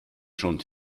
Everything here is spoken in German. schon